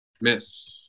Miss